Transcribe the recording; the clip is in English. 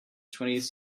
twentieth